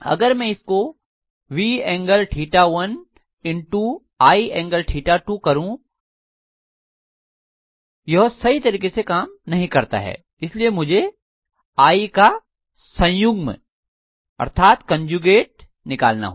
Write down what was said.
अगर में इसको V∠ 1 I2 करूँ यह सही तरह से काम नहीं करता है इसलिये मुझे I का संयुग्म निकालना होगा